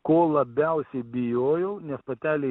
ko labiausiai bijojau nes patelė